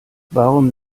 warum